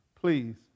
please